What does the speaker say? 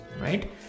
right